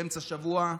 באמצע השבוע,